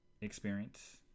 experience